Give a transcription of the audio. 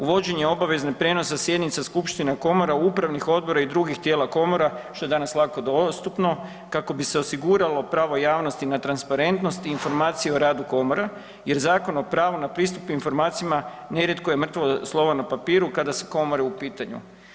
Uvođenje obavezne prijenosa sjednica skupština komora, upravnih odbora i drugih tijela komora što je danas lako dostupno kako bi se osiguralo pravo javnosti na transparentnost i informacije o radu komora jer Zakon o pravu na pristup informacijama nerijetko je mrtvo slovo na papiru kada su komore u pitanju.